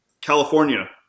California